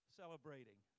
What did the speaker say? celebrating